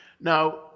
Now